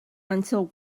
until